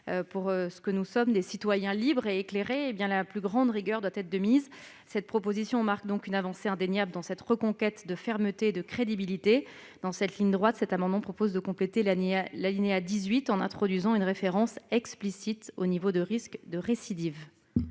envers ce que nous sommes, des citoyens libres et éclairés, la plus grande rigueur doit être de mise. La proposition de loi marque une avancée indéniable dans la reconquête de fermeté et de crédibilité. Dans cette droite ligne, cet amendement propose de compléter l'alinéa 18, en introduisant une référence explicite au niveau de risque de récidive.